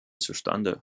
zustande